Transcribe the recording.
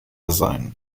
sein